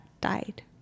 died